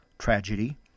Tragedy